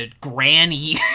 Granny